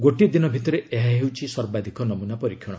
ଗୋଟିଏ ଦିନ ଭିତରେ ଏହା ହେଉଛି ସର୍ବାଧିକ ନମୁନା ପରୀକ୍ଷଣ